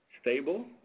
stable